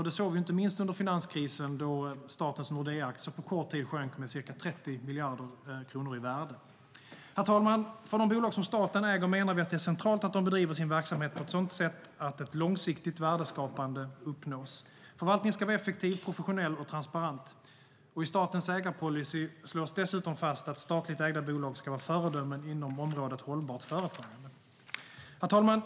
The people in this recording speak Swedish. Det såg vi inte minst under finanskrisen då statens Nordeaaktier på kort tid sjönk med ca 30 miljarder kronor i värde. Herr talman! Vi menar att det är centralt att de bolag som staten äger bedriver sin verksamhet på ett sådant sätt att ett långsiktigt värdeskapande uppnås. Förvaltningen ska vara effektiv, professionell och transparent. I statens ägarpolicy slås det dessutom fast att statligt ägda bolag ska vara föredömen inom området hållbart företagande. Herr talman!